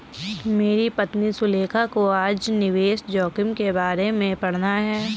मेरी पत्नी सुलेखा को आज निवेश जोखिम के बारे में पढ़ना है